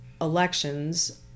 elections